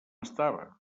estava